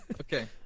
Okay